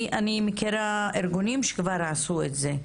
אני מכירה ארגונים שכבר עשו את זה.